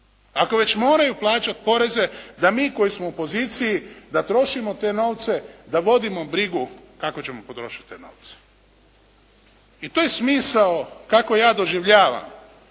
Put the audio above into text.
Ako već moraju plaćati poreze da mi koji smo u poziciji da trošimo te novce, da vodimo brigu kako ćemo potrošiti te novce i to je smisao kako ja doživljavam